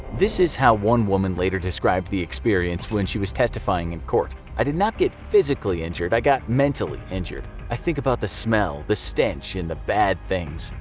this is how one woman later described the experience when she was testifying in court, i did not get physically injured. i got mentally injured, i think about the smell, the stench and the bad things.